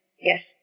Yes